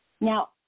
Now